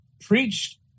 preached